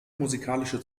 musikalische